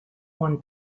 one